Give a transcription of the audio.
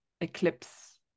eclipse